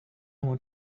want